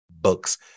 books